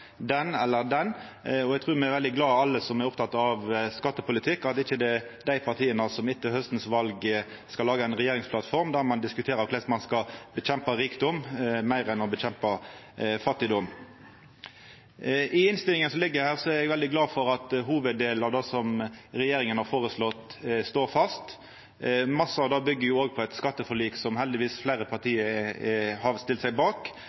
den eller den. Eg trur alle me som er opptekne av skattepolitikk, er veldig glade for at det ikkje er dei partia som etter haustens val skal laga ei regjeringsplattform der ein diskuterer korleis ein skal kjempa mot rikdom meir enn å kjempa mot fattigdom. I innstillinga som ligg føre, er eg veldig glad for at hovuddelen av det regjeringa har føreslått, står fast. Mykje av det byggjer på eit skatteforlik som heldigvis fleire parti har stilt seg bak,